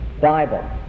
Bible